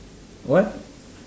what